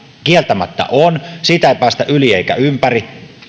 kieltämättä on siitä ei päästä yli eikä ympäri